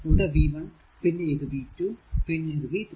ഇവിടെ v1 പിന്നെ ഇത് v 2 പിന്നെ ഇത് v3